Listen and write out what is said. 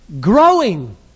growing